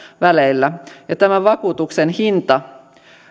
väleillä ja tämän vakuutuksen hinta